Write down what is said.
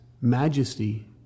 Majesty